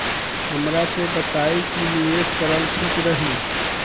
हमरा के बताई की निवेश करल ठीक रही?